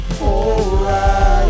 Alright